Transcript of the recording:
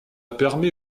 permet